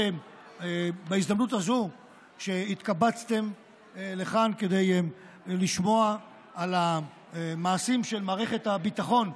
בהזדמנות הזאת שהתקבצתם לכאן כדי לשמוע על המעשים של מערכת הביטחון,